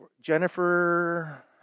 Jennifer